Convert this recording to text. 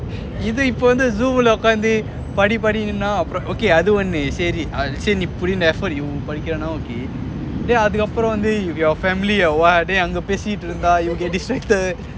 இது இப்ப வந்து:ithu ippa vanthu zoom lah உக்காந்து படி படினா அப்பொறோம்:ukkanthu padi padina apporoam okay ah அது ஒன்னு சரி:athu onnu sari say already I see you put in effort நீ படிக்கிரன்னா:padikkiranna okay then அதுக்கப்பறம் வந்து:athukapparom vanthu your family or what அங்க பேசிட்டு இருந்தா:anga pesittu iruntha you get distracted